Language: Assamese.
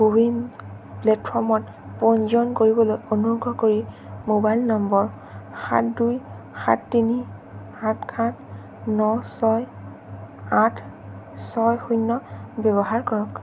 ক'ৱিন প্লে'টফৰ্মত পঞ্জীয়ন কৰিবলৈ অনুগ্ৰহ কৰি মোবাইল নম্বৰ সাত দুই সাত তিনি আঠ সাত ন ছয় আঠ ছয় শূন্য ব্যৱহাৰ কৰক